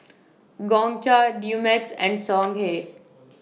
Gongcha Dumex and Songhe